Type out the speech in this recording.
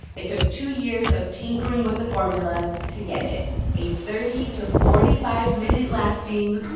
it took two years of tinkering with the formula to get it a thirty to forty five minute lasting,